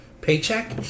paycheck